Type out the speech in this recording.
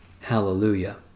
Hallelujah